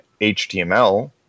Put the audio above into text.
html